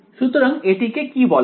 সুতরাং এটিকে কি বলা হয়